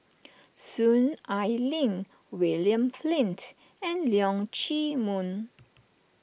Soon Ai Ling William Flint and Leong Chee Mun